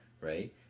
right